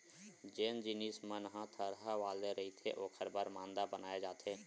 जेन जिनिस मन ह थरहा वाले रहिथे ओखर बर मांदा बनाए जाथे